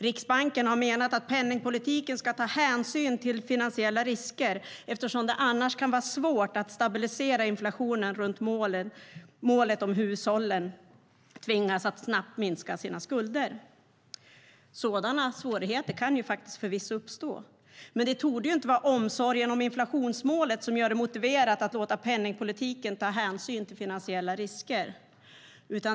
Riksbanken har menat att penningpolitiken ska ta hänsyn till finansiella risker eftersom det annars kan vara svårt att stabilisera inflationen runt målet om hushållen tvingas att snabbt minska sina skulder. Sådana svårigheter kan förvisso uppstå, men det torde inte vara omsorgen om inflationsmålet som gör det motiverat att låta penningpolitiken ta hänsyn till finansiella risker.